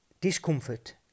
discomfort